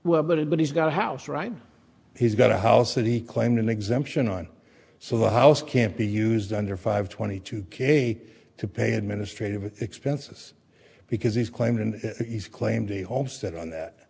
well but it but he's got a house right he's got a house that he claimed an exemption on so the house can't be used under five twenty two k to pay administrative expenses because he's claimed and he's claimed a homestead on that